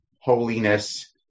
holiness